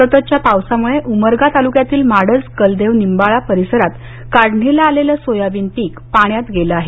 सततच्या पावसामुळे उमरगा तालुक्यातील माडज कलदेव निंबाळा परिसरात काढणीला आलेल सोयाबीन पीक पाण्यात गेल आहे